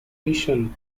mission